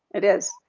it is.